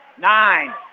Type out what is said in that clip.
Nine